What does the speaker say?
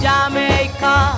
Jamaica